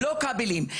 לא כבלים,